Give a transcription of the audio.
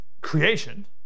creation